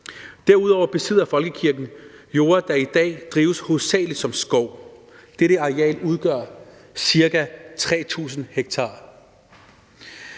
Derudover besidder folkekirken jorder, der i dag drives hovedsagelig som skov. Dette areal udgør ca. 3.000 ha.